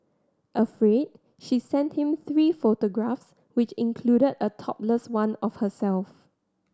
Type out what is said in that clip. afraid she sent him three photographs which included a topless one of herself